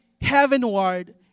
heavenward